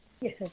Yes